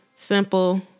simple